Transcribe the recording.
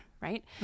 right